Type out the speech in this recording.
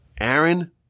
Aaron